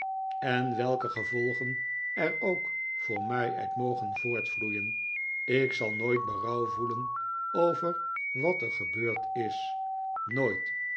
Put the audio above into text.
en welke gevolgen er ook voor mij uit mogen voortvloeien ik zal nooit berouw voelen over wat er gebeurd is nooit